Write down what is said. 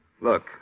Look